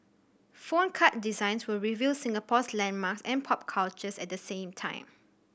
phone card designs would reveal Singapore's landmarks and pop cultures at the same time